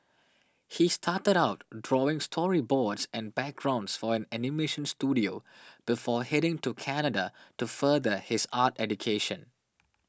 he started out drawing storyboards and backgrounds for an animation studio before heading to Canada to further his art education